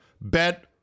Bet